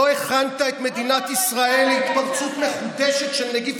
לא הכנת את מדינת ישראל להתפרצות מחודשת של נגיף